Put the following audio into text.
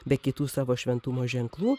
be kitų savo šventumo ženklų